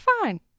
fine